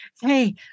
hey